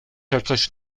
jakaś